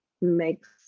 makes